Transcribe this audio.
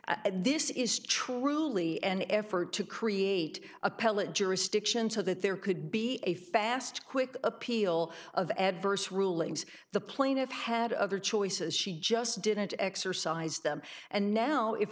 at this is truly an effort to create appellate jurisdiction so that there could be a fast quick appeal of adverse rulings the plane of had other choices she just didn't exercise them and now if